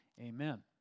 Amen